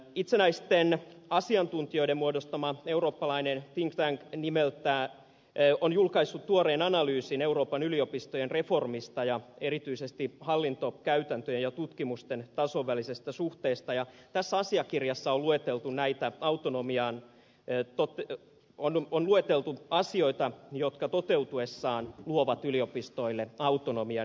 itsenäisten asiantuntijoiden muodostama eurooppalainen think tank on julkaissut tuoreen analyysin euroopan yliopistojen reformista ja erityisesti hallintokäytäntöjen ja tutkimusten tason välisestä suhteesta ja tässä asiakirjassa lueteltu näitä autonomian eetopöpö on on lueteltu asioita jotka toteutuessaan luovat yliopistoille autonomian